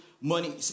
money